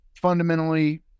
fundamentally